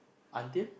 until